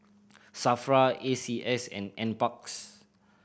SAFRA A C S and Nparks